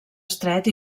estret